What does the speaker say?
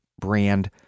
brand